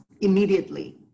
immediately